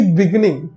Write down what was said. beginning